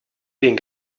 den